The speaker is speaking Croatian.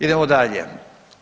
Idemo dalje.